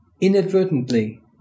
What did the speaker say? inadvertently